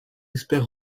experts